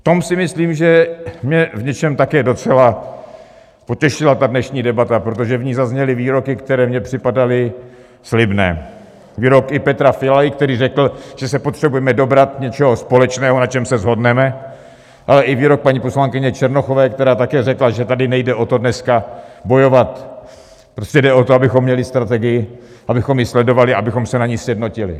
V tom si myslím, že mě v něčem také docela potěšila ta dnešní debata, protože v ní zazněly výroky, které mně připadaly slibné, i výrok Petra Fialy, který řekl, že se potřebujeme dobrat něčeho společného, na čem se shodneme, ale i výrok paní poslankyně Černochové, která také řekla, že tady nejde o to, dneska bojovat, prostě jde o to, abychom měli strategii, abychom ji sledovali, abychom se na ní sjednotili.